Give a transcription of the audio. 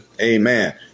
Amen